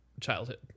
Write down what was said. childhood